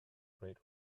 great